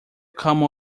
come